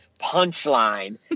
punchline